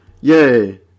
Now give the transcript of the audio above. Yay